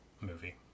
movie